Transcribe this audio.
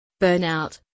burnout